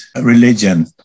religion